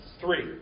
Three